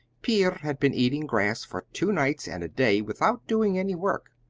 pier had been eating grass for two nights and a day without doing any work,